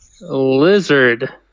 lizard